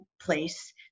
place